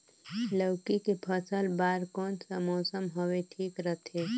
लौकी के फसल बार कोन सा मौसम हवे ठीक रथे?